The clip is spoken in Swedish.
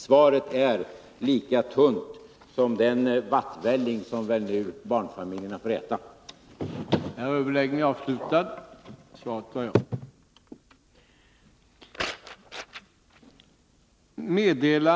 Svaret är lika tunt som den vattvälling som barnfamiljerna väl nu får äta.